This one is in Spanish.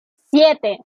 siete